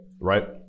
right